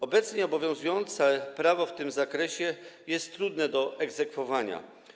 Obecnie obowiązujące prawo w tym zakresie jest trudne do egzekwowania.